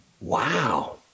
Wow